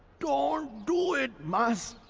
don't do it, master!